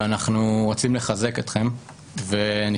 וכמובן